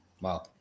Wow